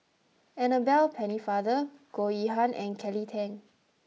Annabel Pennefather Goh Yihan and Kelly Tang